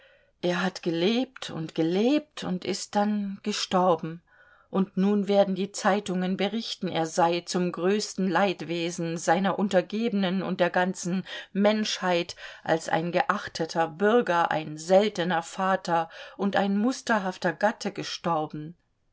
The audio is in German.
er hat gelebt und gelebt und ist dann gestorben und nun werden die zeitungen berichten er sei zum größten leidwesen seiner untergebenen und der ganzen menschheit als ein geachteter bürger ein seltener vater und ein musterhafter gatte gestorben